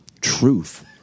truth